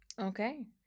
Okay